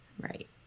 Right